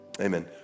amen